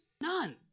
None